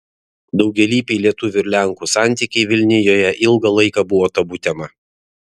daugialypiai lietuvių ir lenkų santykiai vilnijoje ilgą laiką buvo tabu tema